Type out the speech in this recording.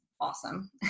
awesome